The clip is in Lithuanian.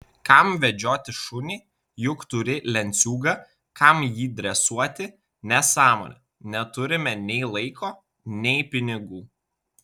kam vedžioti šunį juk turi lenciūgą kam jį dresuoti nesąmonė neturime nei laiko nei pinigų